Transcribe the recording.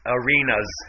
arenas